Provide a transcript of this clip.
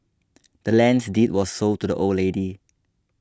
the land's deed was sold to the old lady